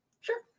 Sure